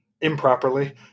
Improperly